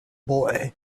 boy